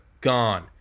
gone